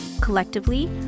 Collectively